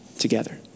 together